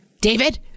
David